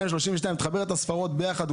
וגם אם תחבר את הספרות ביחד,